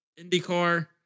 IndyCar